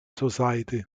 society